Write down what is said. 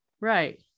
Right